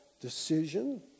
decision